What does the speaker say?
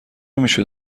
میشد